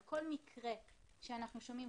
על כל מקרה שאנחנו שומעים,